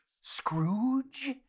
Scrooge